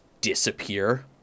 disappear